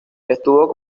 estuvo